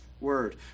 word